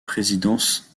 présidence